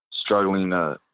Struggling